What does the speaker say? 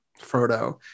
Frodo